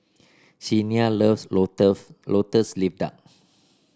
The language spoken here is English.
Chyna loves lotus leaf duck